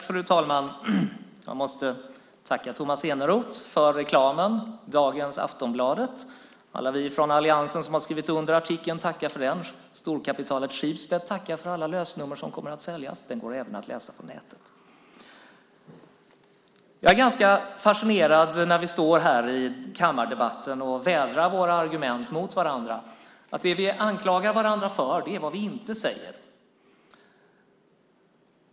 Fru talman! Jag måste tacka Tomas Eneroth för reklamen för dagens Aftonbladet. Alla vi från alliansen som har skrivit under artikeln tackar för den reklamen. Storkapitalets Schibsted tackar för alla lösnummer som kommer att säljas. Den går även att läsa på nätet. När vi står här i kammardebatten och vädrar våra argument mot varandra är jag ganska fascinerad över att det vi anklagar varandra för är vad vi inte säger.